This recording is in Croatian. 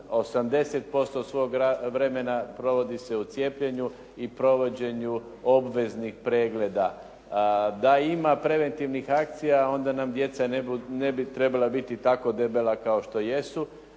80% svog vremena provodi se u cijepljenju i provođenju obveznih pregleda. Da ima preventivnih akcija onda nam djeca ne bi trebala biti tako debela kao što jesu,